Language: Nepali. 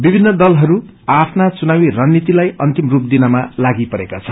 विभिन्न दलहरू आ आफ्नो घुनावी रणनीतिलाई अन्तिम सप दिनमा लागिपरेका छन्